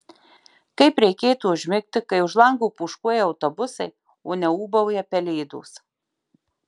kaip reikėtų užmigti kai už lango pūškuoja autobusai o ne ūbauja pelėdos